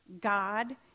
God